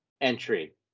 entry